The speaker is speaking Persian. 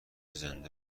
زنده